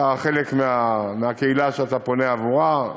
אתה חלק מהקהילה שאתה פונה עבורה.